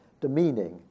demeaning